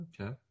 Okay